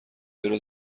چرا